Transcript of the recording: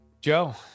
Joe